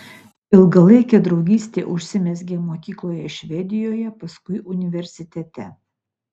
ilgalaikė draugystė užsimezgė mokykloje švedijoje paskui universitete